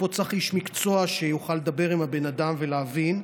פה צריך איש מקצועי שיוכל לדבר עם הבן אדם ולהבין.